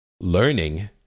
learning